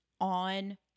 on